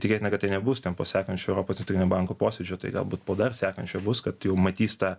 tikėtina kad tai nebus ten po sekančio europos centrinio banko posėdžio tai galbūt po dar sekančio bus kad jau matys tą